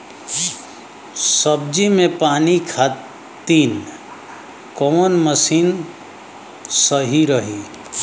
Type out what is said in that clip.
सब्जी में पानी खातिन कवन मशीन सही रही?